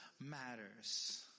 matters